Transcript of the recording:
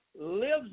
lives